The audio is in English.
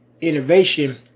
innovation